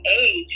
age